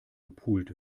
gepult